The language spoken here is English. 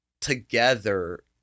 together